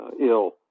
ill